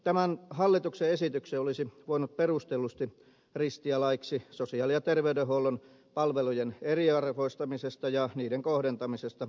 tämän hallituksen esityksen olisi voinut perustellusti ristiä laiksi sosiaali ja terveydenhuollon palvelujen eriarvoistamisesta ja niiden kohdentamisesta maksukykyisille asiakkaille